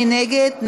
מי נגד?